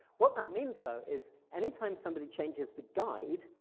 what that means though is any time somebody changes the guide,